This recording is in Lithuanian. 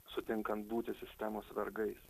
sutinkant būti sistemos vergais